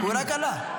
הוא רק עלה.